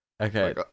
Okay